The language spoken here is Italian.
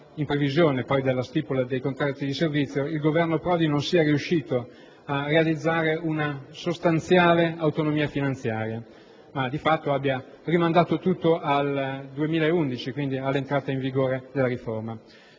in previsione della stipula di contratti di servizio, il Governo Prodi non è riuscito a realizzare una sostanziale autonomia finanziaria, rinviando di fatto la questione al 2011, vale a dire all'entrata in vigore della riforma.